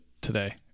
today